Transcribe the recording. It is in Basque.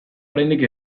oraindik